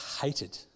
hated